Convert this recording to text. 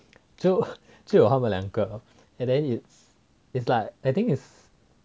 就有他们两个 and then it's it's like I think is